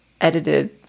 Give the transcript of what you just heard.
edited